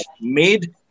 made